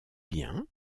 bien